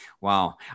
Wow